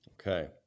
Okay